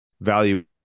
value